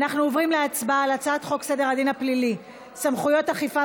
אנחנו עוברים להצבעה על הצעת חוק סדר הדין הפלילי (סמכויות אכיפה,